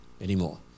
anymore